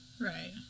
Right